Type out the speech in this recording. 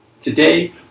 Today